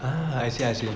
I see I see